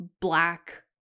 black